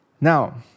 Now